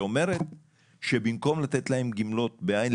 שאומרת שבמקום לתת להם גמלאות בעין,